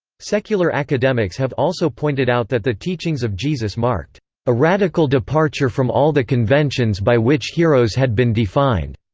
secular academics have also pointed out that the teachings of jesus marked a radical departure from all the conventions by which heroes had been defined.